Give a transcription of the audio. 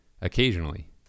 occasionally